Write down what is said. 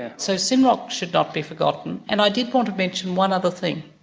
and so synroc should not be forgotten. and i did want to mention one other thing.